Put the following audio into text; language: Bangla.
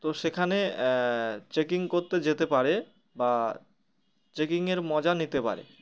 তো সেখানে চেকিং করতে যেতে পারে বা চেকিংয়ের মজা নিতে পারে